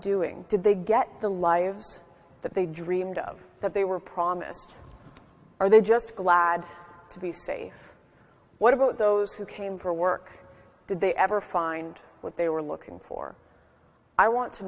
doing did they get the lives that they dreamed of that they were promised are they just glad to be say what about those who came for work did they ever find what they were looking for i want to